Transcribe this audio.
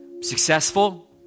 successful